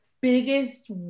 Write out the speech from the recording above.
biggest